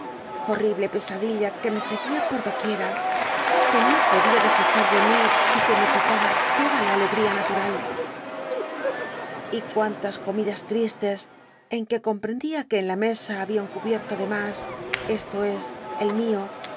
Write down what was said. hor rible pesadilla que me seguía por do quiera que no podía desechar de mi y que me quitaba lotla la alegria uatural l y cuün tas comidas tlistes en jue comprend ía que en la mesa había un cubierto de m rs e lo es el mio